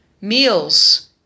meals